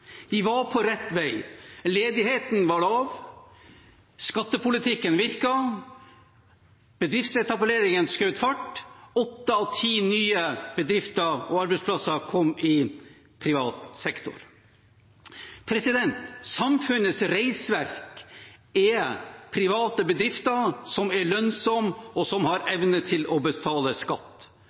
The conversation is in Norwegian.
Vi var på rett vei. Ledigheten var lav, skattepolitikken virket, bedriftsetableringen skjøt fart, åtte av ti nye bedrifter og arbeidsplasser kom i privat sektor. Samfunnets reisverk er private bedrifter som er lønnsomme, og som har evne til å betale skatt.